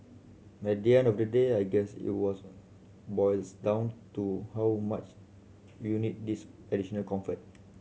at the end of the day I guess it was boils down to how much you need these additional comfort